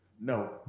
No